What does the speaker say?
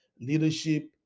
Leadership